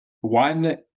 one